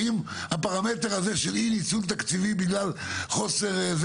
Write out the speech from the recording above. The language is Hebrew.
האם הפרמטר של החוסר הזה,